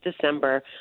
December